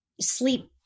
sleep